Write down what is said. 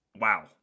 Wow